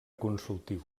consultiu